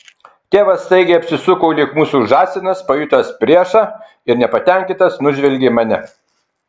tėvas staigiai apsisuko lyg mūsų žąsinas pajutęs priešą ir nepatenkintas nužvelgė mane